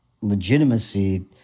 legitimacy